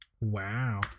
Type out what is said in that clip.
Wow